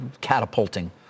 catapulting